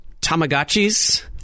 Tamagotchi's